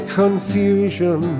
confusion